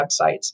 websites